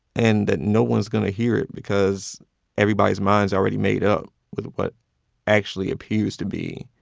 and that no one's going to hear it because everybody's mind's already made up with what actually appears to be